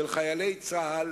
של חיילי צה"ל